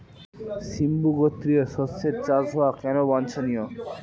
সিম্বু গোত্রীয় শস্যের চাষ হওয়া কেন বাঞ্ছনীয়?